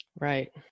Right